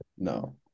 No